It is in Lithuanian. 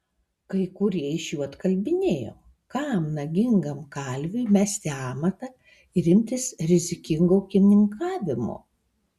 kai kurie iš jų atkalbinėjo kam nagingam kalviui mesti amatą ir imtis rizikingo ūkininkavimo